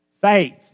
faith